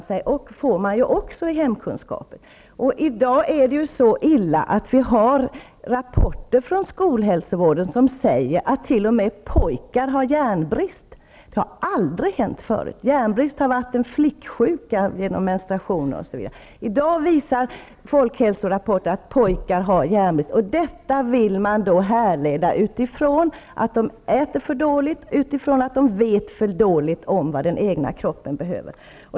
Det lär de sig också i hemkunskapen. I dag är det så illa att det finns rapporter från skolhälsovården som säger att t.o.m. pojkar har järnbrist. Det har aldrig hänt förut. Järnbrist har på grund av menstruationer osv. varit en flicksjukdom. I dag visar en folkhälsorapport att pojkar har järnbrist. Detta vill man härleda till att de äter för dåligt och vet för litet om vad den egna kroppen behöver.